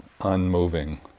unmoving